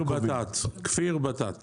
כפיר בטט.